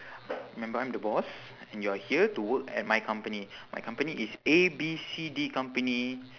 remember I'm the boss and you are here to work at my company my company is A B C D company